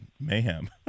mayhem